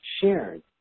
shared